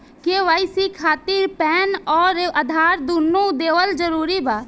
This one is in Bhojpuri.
के.वाइ.सी खातिर पैन आउर आधार दुनों देवल जरूरी बा?